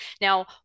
Now